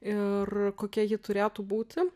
ir kokia ji turėtų būti